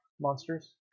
monsters